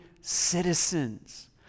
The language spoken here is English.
citizens